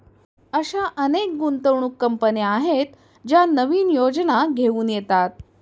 अशा अनेक गुंतवणूक कंपन्या आहेत ज्या नवीन योजना घेऊन येतात